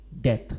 death